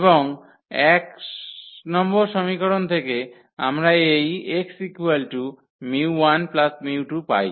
এবং এক নম্বর সমীকরণ থেকে আমরা এই x 𝜇1 𝜇2 পাই